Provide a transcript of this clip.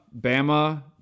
Bama